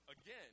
Again